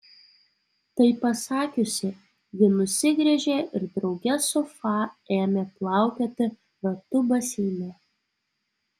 tai pasakiusi ji nusigręžė ir drauge su fa ėmė plaukioti ratu baseine